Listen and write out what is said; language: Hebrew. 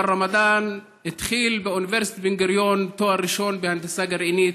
אבל רמדאן התחיל באוניברסיטת בן-גוריון תואר ראשון בהנדסה גרעינית,